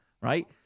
right